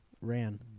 Ran